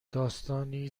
داستانی